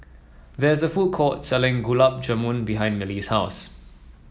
there is a food court selling Gulab Jamun behind Milly's house